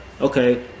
Okay